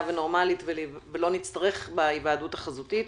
ונורמלית ולא נצטרך את ההיוועדות החזותית,